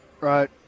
Right